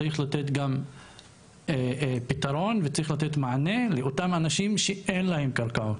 צריך לתת גם פתרון וצריך לתת מענה לאותם אנשים שאין להם קרקעות,